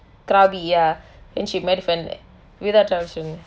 krabi ya and she went without travel insurance